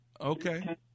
Okay